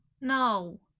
No